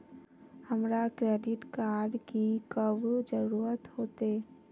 हमरा credit card की कब जरूरत होते?